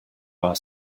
our